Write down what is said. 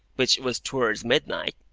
which was towards midnight,